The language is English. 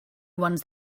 ones